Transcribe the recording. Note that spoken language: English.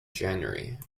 january